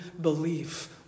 belief